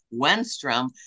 wenstrom